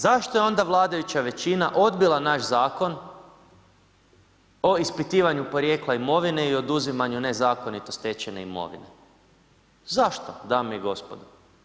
Zašto je onda vladajuća većina odbila naš zakon, o ispitivanju porijekla imovine i oduzimanju nezakonito stečene imovine, zašto dame i gospodo?